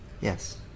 Yes